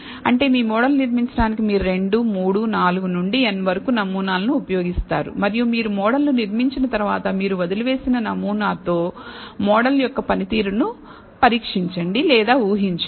అంటే మీ మోడల్ను నిర్మించడానికి మీరు 2 3 4 నుండి n వరకు నమూనాలను ఉపయోగిస్తారు మరియు మీరు మోడల్ను నిర్మించిన తర్వాత మీరు వదిలివేసిన నమనాతో మోడల్ యొక్క పనితీరును పరీక్షించండి లేదా ఊహించండి